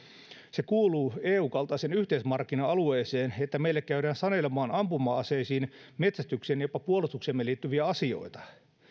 se kuuluu eun kaltaiselle yhteismarkkina alueelle että meille käydään sanelemaan ampuma aseisiimme metsästykseemme ja jopa puolustukseemme liittyviä asioita